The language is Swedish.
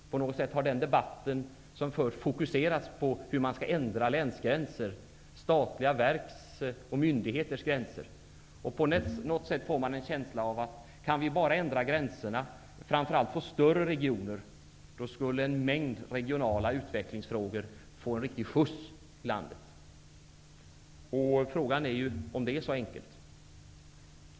Debatten som förs har något fokuserats på hur man skall ändra länsgränser samt statliga verks och myndigheters gränser. Man får lätt känslan att en mängd regionala utvecklingsfrågor i landet skulle få en riktig skjuts om vi bara kunde ändra gränserna -- framför allt få större regioner. Frågan är om det är så enkelt.